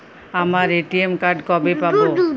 আমার ATM card কবে পাব?